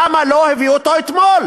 למה לא הביאו אותו אתמול?